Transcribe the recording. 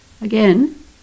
again